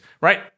right